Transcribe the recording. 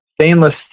Stainless